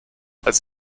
als